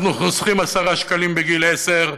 אנחנו חוסכים 10 שקלים בגיל עשר,